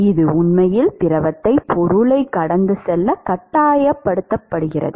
இது உண்மையில் திரவத்தை பொருளைக் கடந்து செல்ல கட்டாயப்படுத்துகிறது